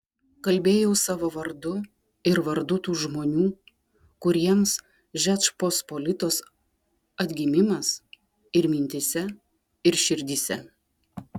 kalbėjau savo vardu ir vardu tų žmonių kuriems žečpospolitos atgimimas ir mintyse ir širdyse